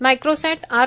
microsat R